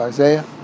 Isaiah